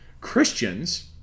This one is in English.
Christians